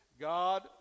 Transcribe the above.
God